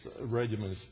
regimens